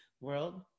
world